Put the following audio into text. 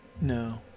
No